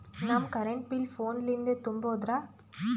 ನಮ್ current bill ಫೋನ ಲಿಂದೇ ತುಂಬೌದ್ರಾ?